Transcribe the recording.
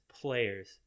players